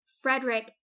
Frederick